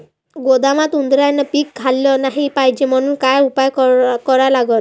गोदामात उंदरायनं पीक खाल्लं नाही पायजे म्हनून का उपाय करा लागन?